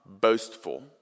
boastful